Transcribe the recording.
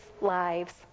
lives